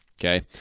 Okay